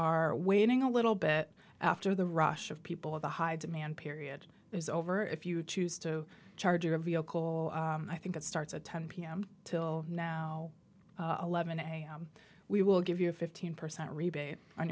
are waiting a little bit after the rush of people of the high demand period is over if you choose to charge your vehicle i think it starts at ten pm till now eleven am we will give you a fifteen percent rebate on